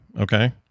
Okay